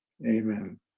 amen